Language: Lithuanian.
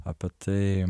apie tai